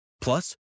Plus